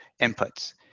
inputs